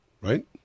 right